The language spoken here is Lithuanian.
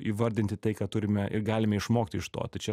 įvardinti tai ką turime ir galime išmokti iš to tai čia